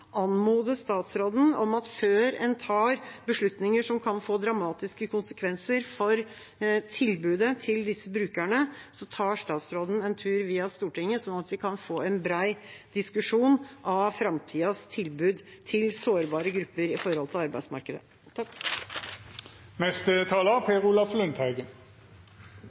anmode statsråden om at han før en tar beslutninger som kan få dramatiske konsekvenser for tilbudet til disse brukerne, tar en tur via Stortinget, sånn at vi kan få en bred diskusjon av framtidas tilbud til sårbare grupper